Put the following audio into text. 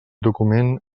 document